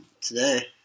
today